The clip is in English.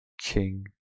king